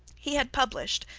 he had published,